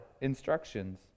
instructions